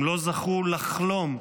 הם לא זכו לחלום,